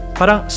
parang